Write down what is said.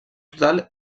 total